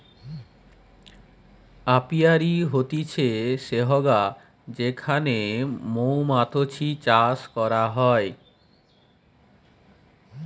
apiary হতিছে সেহগা যেখানে মৌমাতছি চাষ করা হয়